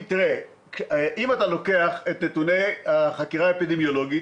אם אתה לוקח את נתוני החקירה האפידמיולוגית,